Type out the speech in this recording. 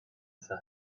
صحرای